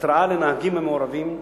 התרעה לנהגים המעורבים,